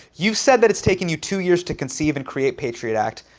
you said that it's taken you two years to conceive and create patriot act,